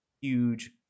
huge